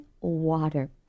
water